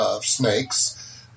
snakes